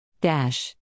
Dash